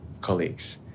colleagues